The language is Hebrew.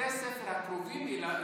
בתי ספר הקרובים אליו,